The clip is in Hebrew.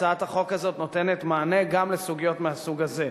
הצעת החוק הזאת נותנת מענה גם לסוגיות מהסוג הזה.